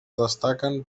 destaquen